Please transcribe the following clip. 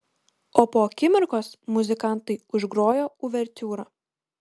o po akimirkos muzikantai užgrojo uvertiūrą